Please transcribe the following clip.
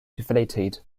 deflated